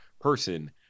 person